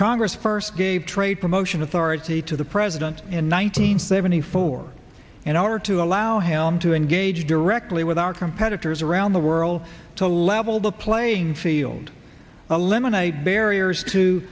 congress first gave trade promotion authority to the president in one nine hundred seventy four in order to allow him to engage directly with our competitors around the world to level the playing field a lemonade barriers to